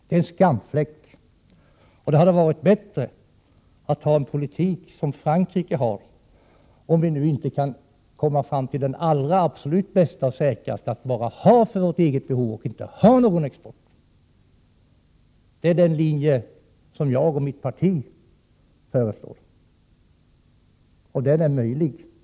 Det är en skamfläck, och det hade varit bättre att ha en politik som Frankrike har, om vi nu inte kan komma fram till det allra bästa och säkraste, att bara tillverka vapen för vårt eget behov och inte ha någon export, den linje som jag och mitt parti föreslår. Och den linjen är möjlig.